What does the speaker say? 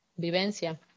vivencia